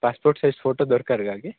passport size photo ଦରକାର ଏକା କି